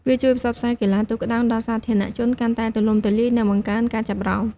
វាជួយផ្សព្វផ្សាយកីឡាទូកក្ដោងដល់សាធារណជនកាន់តែទូលំទូលាយ និងបង្កើនការចាប់អារម្មណ៍។